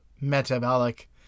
metabolic